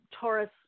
Taurus